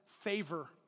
favor